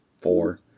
Four